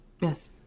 Yes